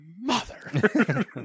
mother